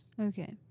Okay